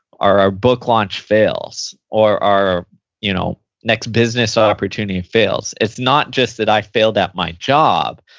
our our book launch fails. or our you know next business opportunity fails. it's not just that i failed at my job,